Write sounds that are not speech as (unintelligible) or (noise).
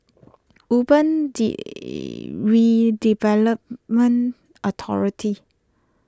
Urban (unintelligible) Redevelopment Authority